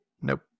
Nope